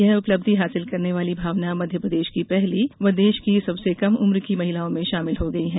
यह उपलब्धि हासिल करने वाली भावना मध्य प्रदेश की पहली व देश की सबसे कम उम्र की महिलाओं में शामिल हो गई है